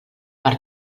per